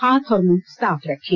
हाथ और मुंह साफ रखें